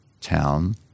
town